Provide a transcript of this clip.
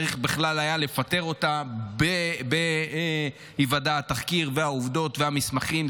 צריך בכלל היה לפטר אותה בהיוודע התחקיר והעובדות והמסמכים.